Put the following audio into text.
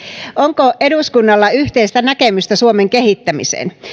onko eduskunnalla yhteistä näkemystä suomen kehittämiseen